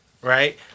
right